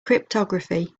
cryptography